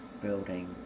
building